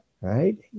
right